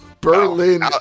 Berlin